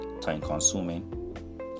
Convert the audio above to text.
time-consuming